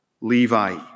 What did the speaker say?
Levi